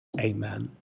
amen